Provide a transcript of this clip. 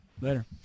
Later